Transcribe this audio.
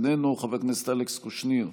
איננו, חבר הכנסת אלכס קושניר,